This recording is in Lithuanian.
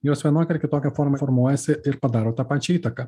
jos vienokia ar kitokia forma formuojasi ir padaro tą pačią įtaką